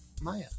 Maya